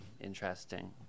interesting